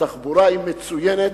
התחבורה היא מצוינת.